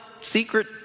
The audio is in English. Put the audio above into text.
secret